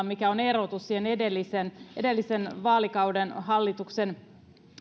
mikä on erotus edellisen edellisen vaalikauden hallituksen